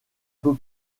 peu